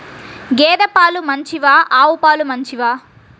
గేద పాలు మంచివా ఆవు పాలు మంచివా?